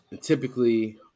typically